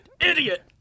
Idiot